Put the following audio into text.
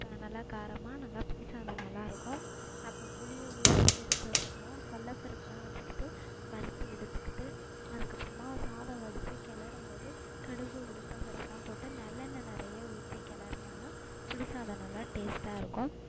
இப்போ நல்லா காரமாக நல்லா புளி சாதம் நல்லாயிருக்கும் அப்புறம் புளிய ஊற வச்சு எடுத்து வச்சுக்குனும் கல்ல பருப்புலாம் வச்சுக்கிட்டு வறுத்து எடுத்துக்கிட்டு அதுக்கப்புறமா சாதம் வடிச்சு கிளறும் போது கடுகு உளுத்தம் பருப்புலாம் போட்டு நல்லெண்ணெய் நிறையா ஊற்றி கிளறுனோம்னா புளிசாதம் நல்லா டேஸ்டாக இருக்கும்